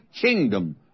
kingdom